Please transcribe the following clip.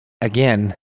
again